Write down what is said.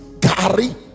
gary